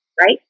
right